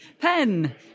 pen